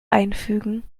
einfügen